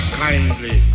kindly